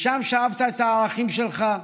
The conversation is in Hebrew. משם שאבת את הערכים שלך,